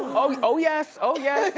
oh oh yes, oh yes.